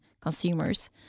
consumers